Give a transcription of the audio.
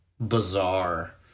bizarre